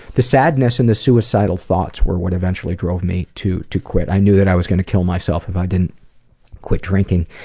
the sadness and the suicidal thoughts were what eventually drove me to to quit. i knew that i was going to kill myself if i didn't quit drinking.